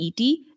ET